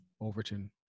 Overton